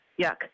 Yuck